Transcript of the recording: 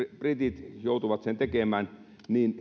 britit joutuvat sen tekemään niin